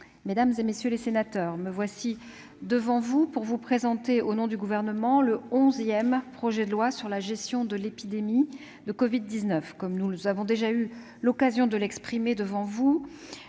mesdames, messieurs les sénateurs, me voici devant vous pour vous présenter, au nom du Gouvernement, le onzième projet de loi sur la gestion de l'épidémie de covid-19. Comme nous avons déjà eu l'occasion de le dire ici lors